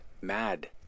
mad